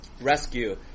rescue